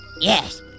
Yes